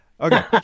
Okay